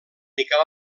miquel